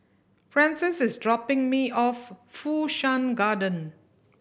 Frances is dropping me off Fu Shan Garden